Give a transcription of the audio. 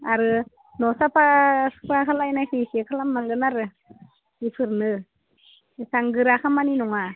आरो न' साफा सुफा खालायनायखो इसे खालाम नांगोन आरो बेफोरनो एसां गोरा खामानि नङा